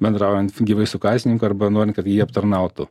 bendraujant gyvai su kasininku arba norint kad jį aptarnautų